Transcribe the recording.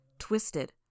twisted